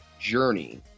journey